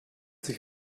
sich